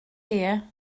here